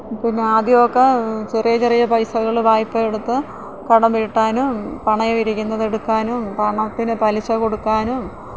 പിന്നെ ആദ്യമൊക്കെ ചെറിയ ചെറിയ പൈസകള് വായ്പ എടുത്ത് കടം വീട്ടാനും പണയം ഇരിക്കുന്നത് എടുക്കാനും പണത്തിന് പലിശ കൊടുക്കാനും